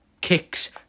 kicks